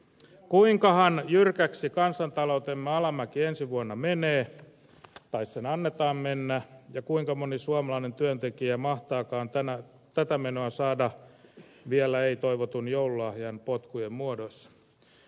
kuinka jyrkäksi kansantaloutemme alamäki ensi vuonna menee tai sen annetaan mennä ja kuinka moni suomalainen työntekijä mahtaakaan tätä menoa saada vielä ei toivotun joululahjan potkujen muodossa